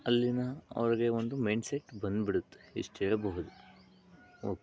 ಅಲ್ಲಿನ ಅವ್ರಿಗೆ ಒಂದು ಮೈಂಡ್ಸೆಟ್ ಬಂದುಬಿಡುತ್ತೆ ಇಷ್ಟು ಹೇಳ್ಬಹುದು ಓಕೆ